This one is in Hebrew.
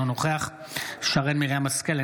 אינו נוכח שרן מרים השכל,